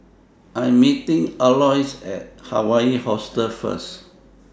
I Am meeting Aloys At Hawaii Hostel First